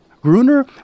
Gruner